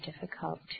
difficult